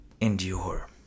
endure